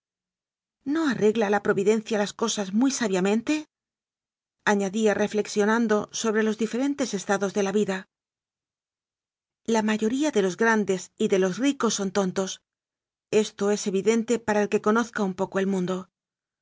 no arregla la providencia las cosas muy sa biamente añadía reflexionando sobre los dife rentes estados de la vida la mayoría de los grandes y de los ricos son tontos esto es evi dente para el que conozca un poco el mundo